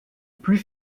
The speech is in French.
plus